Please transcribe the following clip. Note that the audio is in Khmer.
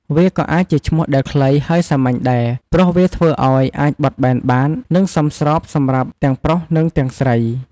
វាក៏អាចជាឈ្មោះដែលខ្លី ហើយសាមញ្ញដែរ ព្រោះវាធ្វើឱ្យអាចបត់បែនបាន និងសមស្របសម្រាប់ទាំងប្រុស និងទាំងស្រី។